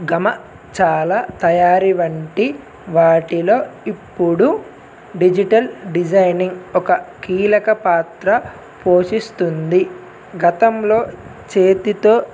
గమ చాలా తయారీ వంటి వాటిలో ఇప్పుడు డిజిటల్ డిజైనింగ్ ఒక కీలక పాత్ర పోషిస్తుంది గతంలో చేతితో